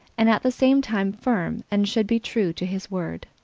and at the same time firm, and should be true to his word.